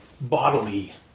bodily